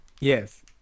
Yes